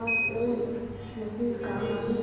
बर कोन मशीन काम आही?